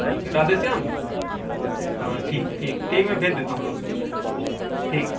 ٹھیک ہے رادھے شیام ہاں ٹھیک ٹھیک ٹھیک میں بھیج دیتا ہوں دو سو ٹھیک